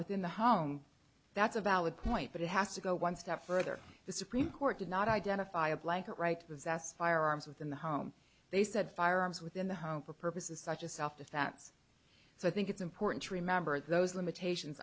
within the home that's a valid point but it has to go one step further the supreme court did not identify a blanket right possess firearms within the home they said firearms within the home for purposes such as self defense so i think it's important to remember those limitations